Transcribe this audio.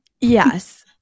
Yes